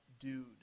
Dude